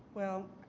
well,